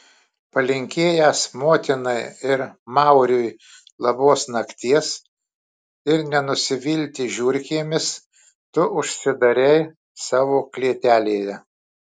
palinkėjęs motinai ir mauriui labos nakties ir nenusivilti žiurkėmis tu užsidarei savo klėtelėje